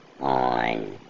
on